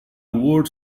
word